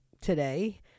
today